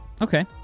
Okay